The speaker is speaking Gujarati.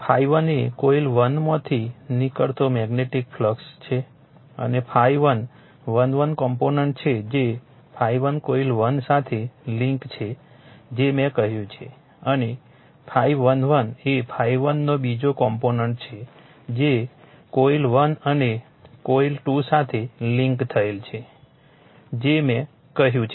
∅1 એ કોઇલ 1 માંથી નીકળતો મેગ્નેટીક ફ્લક્સ છે અને ∅11 1 કોમ્પોનન્ટ છે જે ∅1 કોઇલ 1 સાથે લિંક છે જે મેં કહ્યું છે અને ∅11 એ 𝜙1 નો બીજો કોમ્પોનન્ટ છે જે કોઇલ 1 અને કોઇલ 2 સાથે લિંક થયેલ છે જે મેં કહ્યું છે